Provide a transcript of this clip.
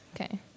Okay